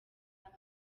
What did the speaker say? aho